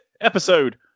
episode